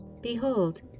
Behold